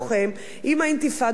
עם האינתיפאדות שעברנו,